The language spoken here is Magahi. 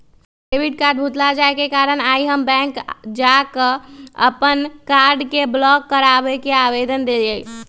डेबिट कार्ड भुतला जाय के कारण आइ हम बैंक जा कऽ अप्पन कार्ड के ब्लॉक कराबे के आवेदन देलियइ